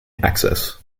access